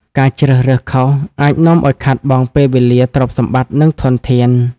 ការជ្រើសរើសខុស អាចនាំឱ្យខាតបង់ពេលវេលា ទ្រព្យសម្បត្តិ និងធនធាន។